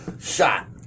shot